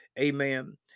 amen